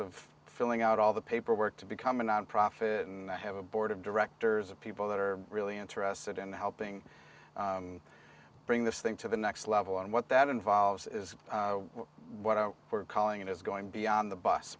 of filling out all the paperwork to become a nonprofit and i have a board of directors of people that are really interested in helping bring this thing to the next level and what that involves is what we're calling it is going beyond the bus